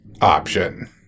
option